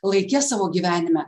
laike savo gyvenime